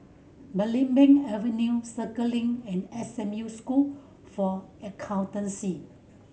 Belimbing Avenue Circuit Link and S M U School for Accountancy